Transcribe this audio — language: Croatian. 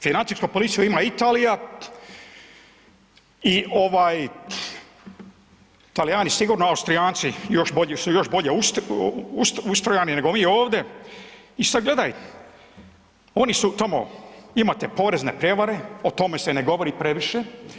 Financijsku policiju ima Italija i ovaj Talijani sigurno, Austrijanci još bolji su, još bolje ustrojani nego ovi ovdje i sad gledaj oni su tamo imate porezne prijevare o tome se ne govori previše.